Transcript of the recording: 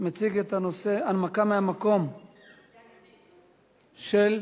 ביטול שלילה רטרואקטיבית עקב יציאה לחו"ל).